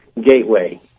gateway